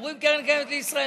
דברו עם קרן הקיימת לישראל.